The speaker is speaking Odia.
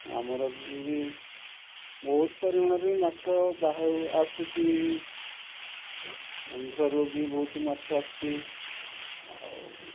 ଆମର ବି ବହୁତ ପରିମାଣରେ ବି ମାଛ ବାହାରୁ ଆସୁଛି ଆନ୍ଧ୍ରରୁ ବି ବହୁତ ମାଛ ଆସୁଛି ଆଉ